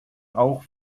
auch